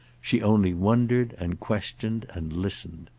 she only wondered and questioned and listened,